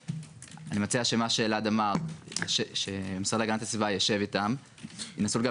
בהיעדר דיווח מצד אחד או עיצומים כספיים מצד שני האם אתה רואה בזה פער?